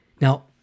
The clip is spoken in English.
Now